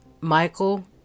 Michael